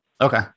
okay